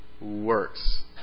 works